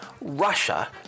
Russia